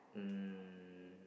um